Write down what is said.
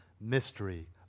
mystery